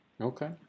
Okay